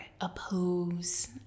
oppose